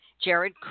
Jared